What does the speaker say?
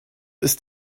ist